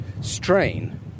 strain